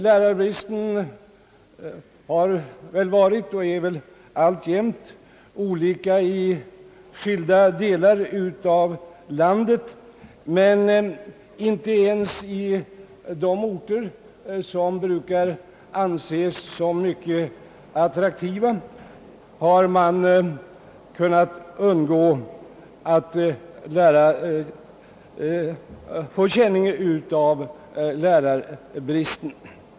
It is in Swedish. Lärarbristen har varit och är väl alltjämt olika stor i skilda delar av landet, men inte ens i de orter som brukar anses som mycket attraktiva har man kunnat undgå att få känning av lärarbristen.